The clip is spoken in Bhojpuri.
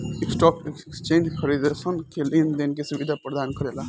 स्टॉक एक्सचेंज खरीदारसन के लेन देन के सुबिधा परदान करेला